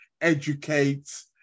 educate